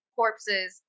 corpses